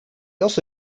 also